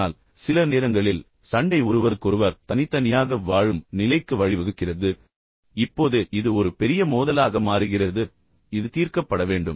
ஆனால் சில நேரங்களில் சண்டை ஒருவருக்கொருவர் தனித்தனியாக வாழும் நிலைக்கு வழிவகுக்கிறது இப்போது இது ஒரு பெரிய மோதலாக மாறுகிறது இது தீர்க்கப்பட வேண்டும்